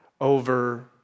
over